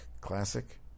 classic